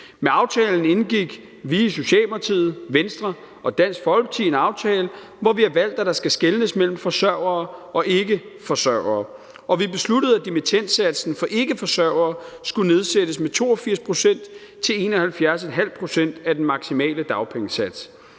Med aftalen indgik vi i Socialdemokratiet, Venstre og Dansk Folkeparti en aftale, hvor vi har valgt, at der skal skelnes mellem forsørgere og ikkeforsørgere, og vi besluttede, at dimittendsatsen for ikkeforsørgere skulle nedsættes fra 82 pct. til 71,5 pct. af den maksimale dagpengesats.